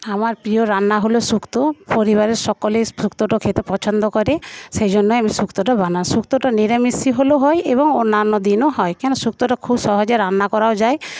আমার প্রিয় রান্না হলো শুক্ত পরিবারের সকলে এই শুক্তটা খেতে পছন্দ করে সেই জন্য আমি শুক্তটা বানাই শুক্তটা নিরামিষ হলেও হয় এবং অন্যান্য দিনও হয় কেন শুক্তোটা খুব সহজে রান্না করাও যায়